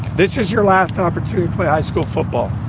this is your last offer to play high school football.